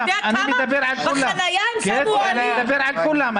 אני מדבר על כולם,